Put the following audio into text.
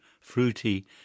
fruity